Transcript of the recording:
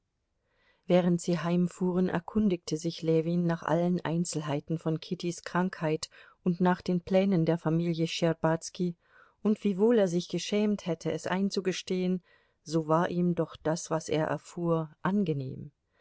während sie heimfuhren erkundigte sich ljewin nach allen einzelheiten von kittys krankheit und nach den plänen der familie schtscherbazki und wiewohl er sich geschämt hätte es einzugestehen so war ihm doch das was er erfuhr angenehm